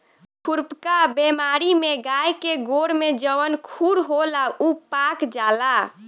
खुरपका बेमारी में गाय के गोड़ में जवन खुर होला उ पाक जाला